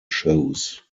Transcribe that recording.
shows